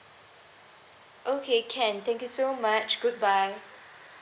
okay can thank you so much good bye